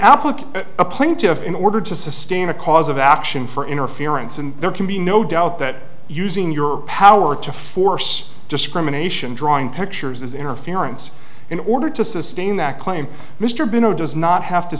a plaintiff in order to sustain a cause of action for interference and there can be no doubt that using your power to force discrimination drawing pictures is interference in order to sustain that claim mr benaud does not have to